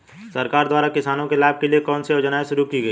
सरकार द्वारा किसानों के लाभ के लिए कौन सी योजनाएँ शुरू की गईं?